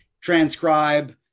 transcribe